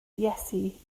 iesu